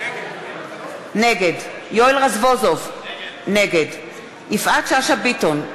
נגד יואל רזבוזוב, נגד יפעת שאשא ביטון,